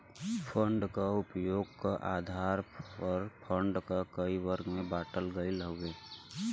fund क उपयोग क आधार पर फण्ड क कई वर्ग में बाँटल गयल हउवे